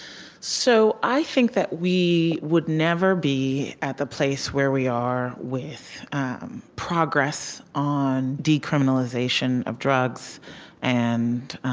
so, i think that we would never be at the place where we are, with progress on decriminalization of drugs and,